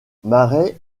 marais